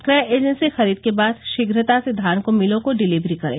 क्रय एजेंसी खरीद के बाद शीघ्रता से धान को मिलों को डिलीवरी करें